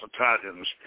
Italians